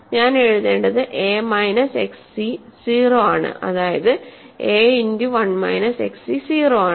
ഞാൻ എഴുതേണ്ടത് A minus axc 0 ആണ് അതായത് A into 1 minus x C 0 ആണ്